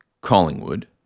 Collingwood